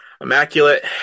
Immaculate